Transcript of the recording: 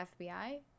FBI